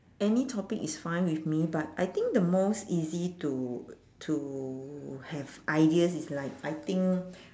any topic is fine with me but I think the most easy to to have ideas is like I think